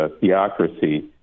theocracy